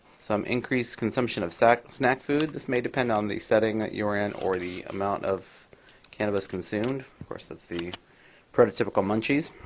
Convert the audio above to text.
some increase consumption of snack snack food, this may depend on the setting that you're in or the amount of cannabis consumed. of course, that's the prototypical munchies.